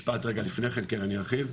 משפט רגע לפני כן, כן, אני ארחיב,